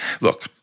Look